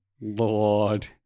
Lord